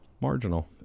marginal